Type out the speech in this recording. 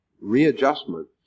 readjustment